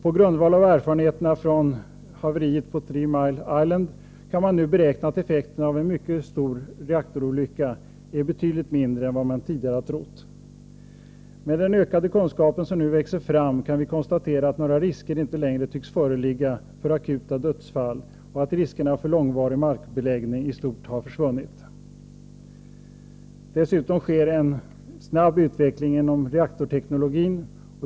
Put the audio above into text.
På grundval av erfarenheterna från haveriet på Three Mile Island kan man nu beräkna att effekterna av en mycket stor reaktorolycka är betydligt mindre än vad man tidigare har trott. Med den ökade kunskapen som nu växer fram kan vi konstatera att några risker inte längre tycks föreligga för akuta dödsfall och att riskerna för långvarig markbeläggning i stort har försvunnit. Dessutom sker en snabb utveckling inom reaktorteknologin.